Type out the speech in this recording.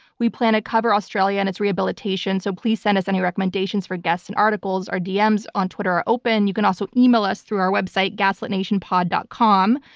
we plan to cover australia and its rehabilitation so please send us any recommendations for guests and articles. our dms on twitter are open. you can also email us through our website, gaslitnationpod. com.